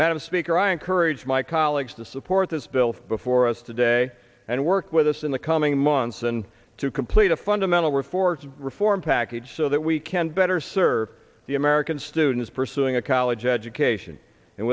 madam speaker i encourage my colleagues to support this bill before us today and work with us in the coming months and to complete a fundamental reforms of reform package so that we can better serve the american students pursuing a college education and